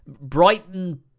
brighton